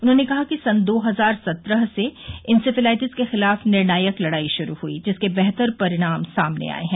उन्होने कहा कि सन् दो हजार सत्रह से इंसेफेलाइटिस के खिलाफ निर्णायक लड़ाई शुरू हुयी जिसके बेहतर परिणाम सामने आये हैं